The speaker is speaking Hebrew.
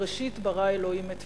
בראשית ברא אלוהים את תביעתי".